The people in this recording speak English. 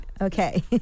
Okay